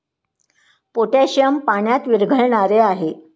potassium पाण्यात विरघळणारे आहे